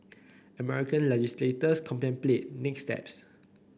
American legislators contemplate next steps